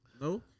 No